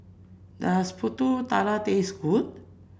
does pulut tatal taste good